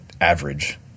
average